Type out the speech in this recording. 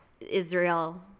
Israel